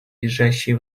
лежащие